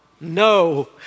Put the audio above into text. No